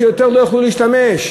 שיותר לא יוכלו להשתמש.